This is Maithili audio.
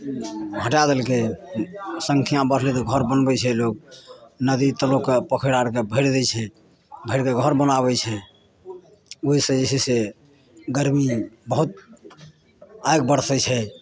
हटाए देलकै सङ्ख्या बढ़लै तऽ घर बनबै छै लोक नदी तलाब कऽ पोखरि आर कऽ भरि दै छै भरि कऽ घर बनाबै छै ओहिसँ जे छै से गरमी बहुत आगि बरसै छै